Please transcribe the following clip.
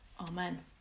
Amen